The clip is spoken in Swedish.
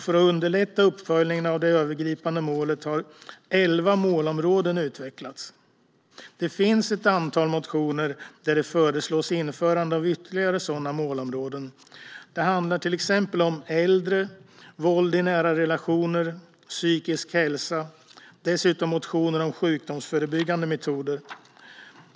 För att underlätta uppföljningen av det övergripande målet har elva målområden utvecklats. Det finns ett antal motioner där det föreslås införande av ytterligare sådana målområden. Det handlar till exempel om äldre, om våld i nära relationer och om psykisk hälsa. Dessutom finns motioner om sjukdomsförebyggande metoder.